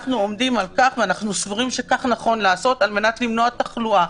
אנחנו עומדים על כך ואנחנו סבורים שכך נכון לעשות על מנת למנוע תחלואה